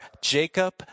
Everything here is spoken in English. Jacob